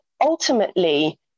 ultimately